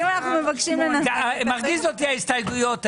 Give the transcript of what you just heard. מרגיז אותי ההסתייגויות האלה.